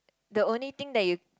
the only thing that you